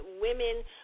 women